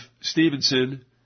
Stevenson